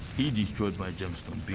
he destroyed my gemstone